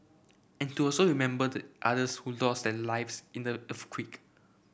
and to also remember the others who lost their lives in the earthquake